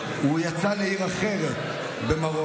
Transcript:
הוא יצא לעיר אחרת במרוקו,